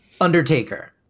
Undertaker